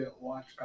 watch